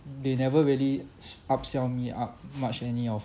they never really s~ upsell me up much any of